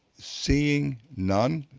seeing none,